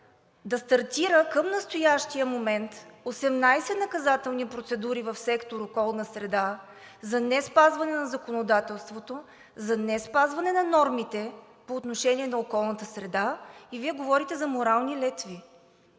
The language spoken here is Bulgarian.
да стартира към настоящия момент 18 наказателни процедури в сектор „Околна среда“ за неспазване на законодателството, за неспазване на нормите по отношение на околната среда?! И Вие говорите за морални летви!